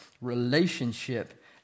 Relationship